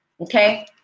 Okay